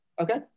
Okay